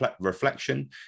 reflection